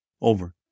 Over